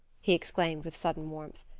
he exclaimed with sudden warmth.